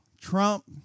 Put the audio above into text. Trump